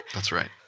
that's right.